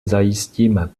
zajistíme